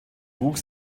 trug